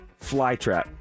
Flytrap